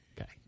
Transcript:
Okay